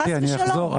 חס ושלום.